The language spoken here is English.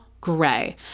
gray